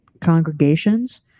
congregations